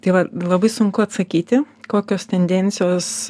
tai va labai sunku atsakyti kokios tendencijos